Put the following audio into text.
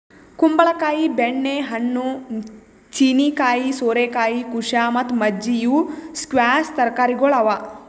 ಕುಂಬಳ ಕಾಯಿ, ಬೆಣ್ಣೆ ಹಣ್ಣು, ಚೀನೀಕಾಯಿ, ಸೋರೆಕಾಯಿ, ಕುಶಾ ಮತ್ತ ಮಜ್ಜಿ ಇವು ಸ್ಕ್ವ್ಯಾಷ್ ತರಕಾರಿಗೊಳ್ ಅವಾ